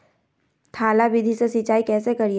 थाला विधि से सिंचाई कैसे करीये?